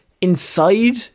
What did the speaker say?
inside